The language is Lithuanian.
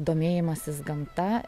domėjimasis gamta